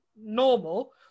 normal